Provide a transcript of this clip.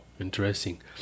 interesting